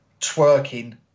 twerking